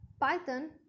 Python